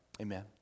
Amen